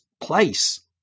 place